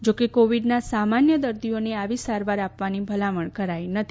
જો કે કોવિડના સામાન્ય દર્દીઓને આવી સારવાર આપવાની ભલામણ કરાઈ નથી